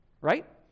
right